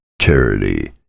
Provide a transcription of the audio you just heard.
charity